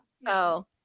No